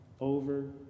over